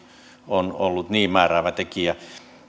on ollut niin määräävä tekijä